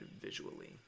visually